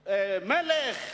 או מלך,